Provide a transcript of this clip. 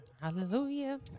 Hallelujah